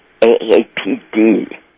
AAPD